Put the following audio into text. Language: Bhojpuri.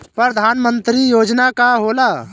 परधान मंतरी योजना का होला?